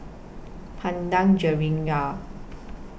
Padang Jeringau